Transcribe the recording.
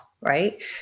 right